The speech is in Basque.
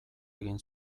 egin